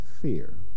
fear